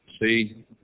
See